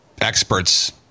experts